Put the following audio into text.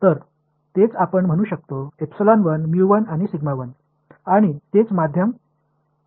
तर तेच आपण म्हणू शकतो आणि आणि तेच 2 माध्यमसाठी आहे